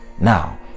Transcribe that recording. Now